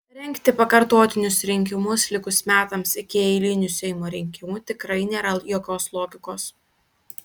rengti pakartotinius rinkimus likus metams iki eilinių seimo rinkimų tikrai nėra jokios logikos